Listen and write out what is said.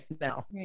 now